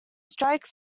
strike